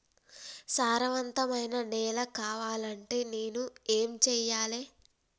సారవంతమైన నేల కావాలంటే నేను ఏం చెయ్యాలే?